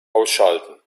ausschalten